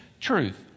truth